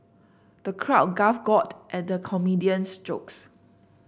the crowd at the comedian's jokes